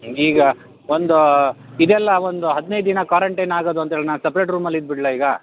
ನನಗೀಗ ಒಂದು ಇದೆಲ್ಲ ಒಂದು ಹದ್ನೈದು ದಿನ ಕ್ವಾರಂಟೈನ್ ಆಗದು ಅಂತೇಳಿ ನಾ ಸಪ್ರೇಟ್ ರೂಮಲ್ಲಿ ಇದ್ಬಿಡಲಾ ಈಗ